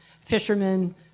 fishermen